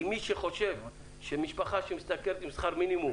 כי מי שחושב שמשפחה שמשתכרת משכר מינימום